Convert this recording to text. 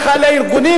לארגונים,